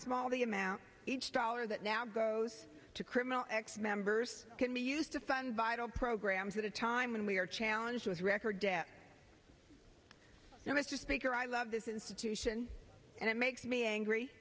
small the amount each dollar that now goes to criminal acts members can be used to fund vital programs at a time when we are challenged with record debt mr speaker i love this institution and it makes me angry